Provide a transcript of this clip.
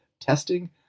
testing